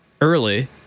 early